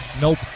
Nope